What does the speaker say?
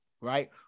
right